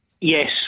Yes